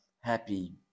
happy